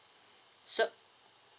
so